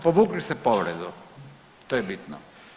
Povukli ste povredu, to je bitno.